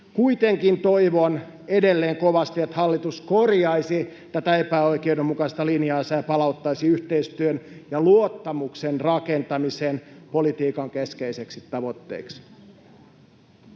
Kuitenkin toivon edelleen kovasti, että hallitus korjaisi tätä epäoikeudenmukaista linjaansa ja palauttaisi yhteistyön ja luottamuksen rakentamisen politiikan keskeiseksi tavoitteeksi.